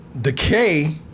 Decay